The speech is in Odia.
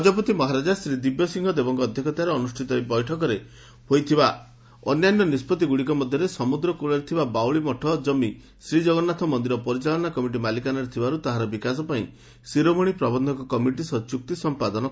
ଗଙ୍ଗପତି ମହାରାଜା ଶ୍ରୀଦିବ୍ୟସିଂହ ଦେବଙ୍କ ଅଧ୍ଧକ୍ଷତାରେ ଅନୁଷ୍ଠିତ ଏହି ବୈଠକରେ ହୋଇଥିବା ଅନ୍ୟାନ୍ୟ ନିଷ୍ବଭି ଗୁଡିକ ମଧ୍ଧରେ ସମୁଦ୍ରକ୍କଳରେ ଥିବା ବାଉଳିମଠ ଜମି ଶ୍ରୀକଗନ୍ତାଥ ମନ୍ଦିର ପରିଚାଳନା କମିଟି ମାଲିକାନାରେ ଥିବାର୍ ତାହାର ବିକାଶ ପାଇଁ ସିରୋମଣି ପ୍ରବନ୍ଧକ କମିଟି ସହ ଚୁକ୍ତିପତ୍ର ସମ୍ମାଦନ କରାଯିବ